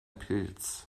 pilz